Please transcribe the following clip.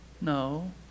No